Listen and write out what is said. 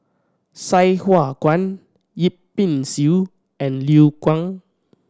Sai Hua Kuan Yip Pin Xiu and Liu Kang